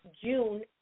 June